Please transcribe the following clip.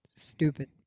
Stupid